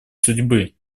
судьбы